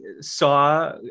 saw